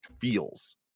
feels